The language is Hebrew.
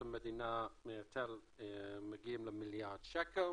המדינה מההיטל מגיעים למיליארד שקל.